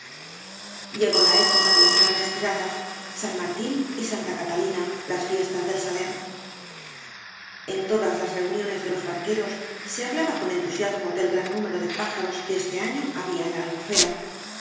llegó la época de las grandes tiradas san martín y santa catalina las fiestas del saler en todas las reuniones de los barqueros se hablaba con entusiasmo del gran número de pájaros que este año había en la albufera